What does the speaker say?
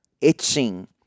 itching